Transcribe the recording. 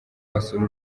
wasura